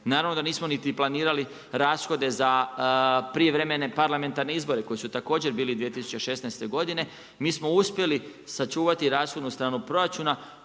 Naravno da nismo niti planirali rashode za prijevremene parlamentarne izbore koji su također bili 2016. godine, mi smo uspjeli sačuvati rashodovnu stranu proračuna,